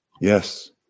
Yes